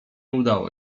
udało